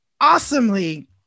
awesomely